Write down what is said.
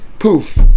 Poof